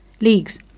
leagues